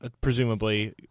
presumably